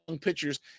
pitchers